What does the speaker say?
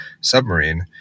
submarine